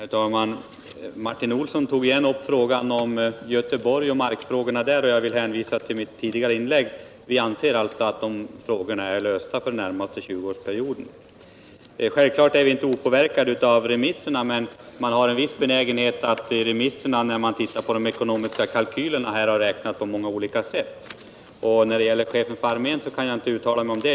Herr talman! Martin Olsson tog åter upp markfrågorna i Göteborg. Jag hänvisar på den punkten till mitt tidigare inlägg. Vi anser alltså att de frågorna är lösta för den närmaste tjugoårsperioden. Självfallet är vi inte opåverkade av remissvaren. Men de olika remissinstanserna har en viss benägenhet att räkna på olika sätt när det gäller de ekonomiska kalkylerna. Vad som sagts om chefen för armén kan jag inte uttala mig om.